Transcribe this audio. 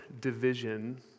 division